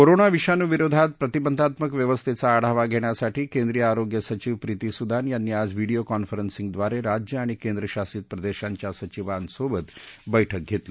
corona विषाणूविरोधात प्रतिबंधात्मक व्यवस्थेचा आढावा घेण्यासाठी केंद्रीय आरोग्य सचिव प्रीती सुदान यांनी आज व्हिडिओ कॉन्फरन्सिंगद्वारे राज्य आणि केंद्रशासित प्रदेशांच्या सचिवांसोबत बैठक घेतली